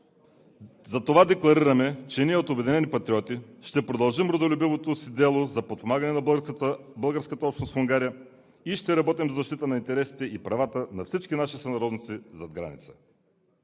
Затова декларираме, че ние от „Обединени патриоти“ ще продължим родолюбивото си дело за подпомагане на българската общност в Унгария и ще работим за защита на интересите и правата на всички наши сънародници зад граница.